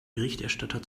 berichterstatter